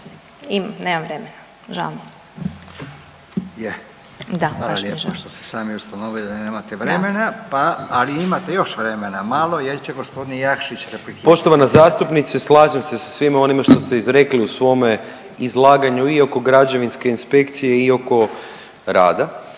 nemam vremena žao